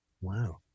Wow